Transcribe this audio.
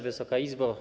Wysoka Izbo!